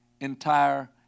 entire